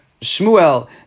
Shmuel